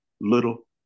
little